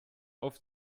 auf